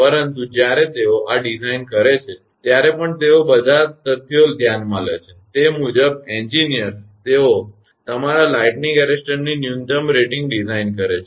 પરંતુ જ્યારે તેઓ આ ડિઝાઇન કરે છે ત્યારે પણ તેઓ બધા તથ્યો ધ્યાનમાં લે છે અને તે મુજબ એન્જિનિયર્સ તેઓ તમારા લાઇટનીંગ એરેસ્ટરોની ન્યૂનતમ રેટિંગ ડિઝાઇન કરે છે